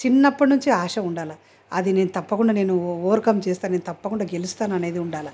చిన్నప్పటి నుంచి ఆశ ఉండాలి అది నేను తప్పకుండా నేను ఓవర్కమ్ చేస్తాను నేను తప్పకుండా గెలుస్తాను అనేది ఉండాలి